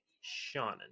Shannon